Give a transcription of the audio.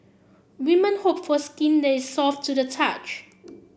women hope for skin that is soft to the touch